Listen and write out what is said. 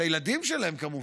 את הילדים שלהם, כמובן.